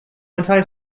anti